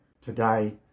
Today